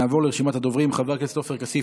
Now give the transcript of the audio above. נעבור לרשימת הדוברים: חבר הכנסת עופר כסיף,